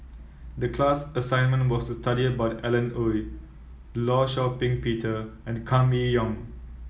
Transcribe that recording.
the class assignment was to study about Alan Oei Law Shau Ping Peter and Kam Me Yong